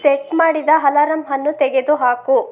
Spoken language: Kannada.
ಸೆಟ್ ಮಾಡಿದ ಹಲಾರಂ ಅನ್ನು ತೆಗೆದು ಹಾಕು